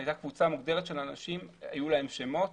היתה קבוצה מוגדרת של אנשים, היו להם שמות